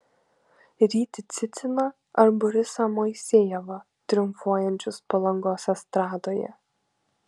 rytį ciciną ar borisą moisejevą triumfuojančius palangos estradoje